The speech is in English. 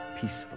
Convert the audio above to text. peaceful